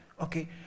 Okay